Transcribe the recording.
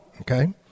Okay